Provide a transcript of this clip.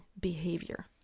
behavior